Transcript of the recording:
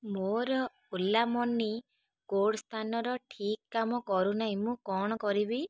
ମୋର Ola money code scanner ଠିକ୍ କାମ କରୁନାହିଁ ମୁଁ କ'ଣ କରିବି